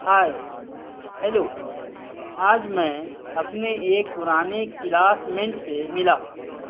ہائے hello آج میں اپنے ایک پرانے کلاس میٹ سے ملا